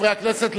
חברי הכנסת,